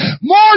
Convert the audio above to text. More